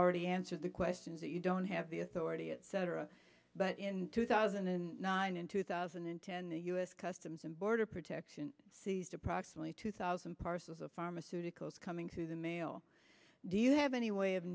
already answered the questions that you don't have the authority etc but in two thousand and nine in two thousand and ten the u s customs and border protection seized approximately two thousand parcels of pharmaceuticals coming through the mail do you have any way of